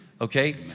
okay